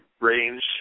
range